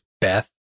Beth